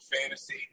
fantasy